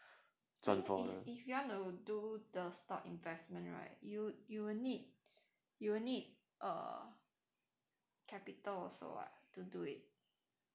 if if you want to do the stock investment right you you will need you will need a capital also [what] to do it